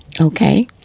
Okay